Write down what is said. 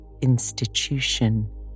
institution